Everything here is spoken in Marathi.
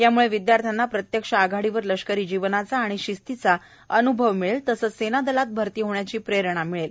यामुळे विद्यार्थ्यांना प्रत्यक्ष आघाडीवर लष्करी जीवनाचा आणि शिस्तीचा अन्भव मिळेल तसंच सेनादलात भरती होण्याची प्रेरणा मिळेल